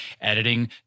editing